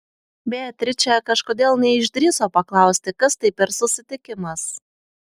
beatričė kažkodėl neišdrįso paklausti kas tai per susitikimas